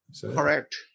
Correct